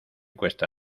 cuesta